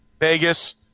Vegas